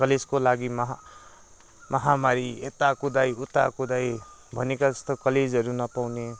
कलेजको लागि महा महामारी यता कुदाइ उता कुदाइ भनेको जस्तो कालेजहरू नपाउने